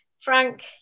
Frank